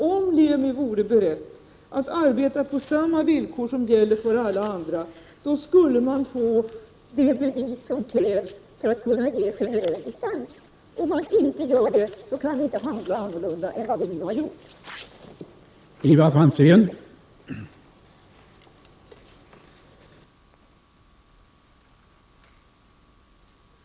Om man från Lemi vore beredd att arbeta på samma villkor som gäller för alla andra, skulle vi få det bevis som krävs för att kunna ge en generell dispens. Om man inte gör det, kan vi inte handla annorlunda än vi nu har gjort.